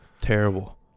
Terrible